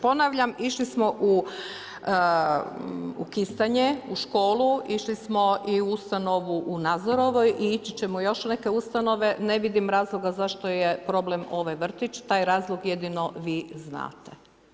Ponavljam išli smo u Kistanje u školu, išli smo i u Ustanovu u Nazorovoj i ići ćemo u još neke ustanove, ne vidim razloga zašto je problem ovaj vrtić, taj razlog jedino vi znate.